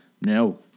No